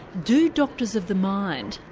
do doctors of the mind,